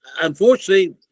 Unfortunately